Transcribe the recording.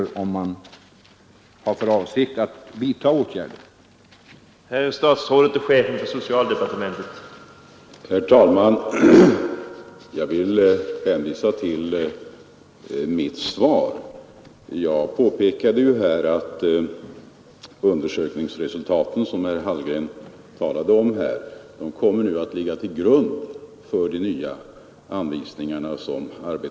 Jag påpekade ju att undersökningsresultaten, som herr Hallgren talade om här, kommer att ligga till grund för de nya anvisningar som arbetarskyddsstyrelsen just nu är i färd med att utarbeta. Detta är mitt svar. Det är ju detta det gäller.